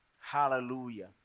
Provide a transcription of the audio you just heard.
Hallelujah